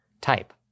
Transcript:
Type